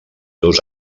dos